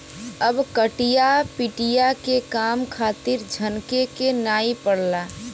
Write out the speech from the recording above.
अब कटिया पिटिया के काम खातिर झनके के नाइ पड़ला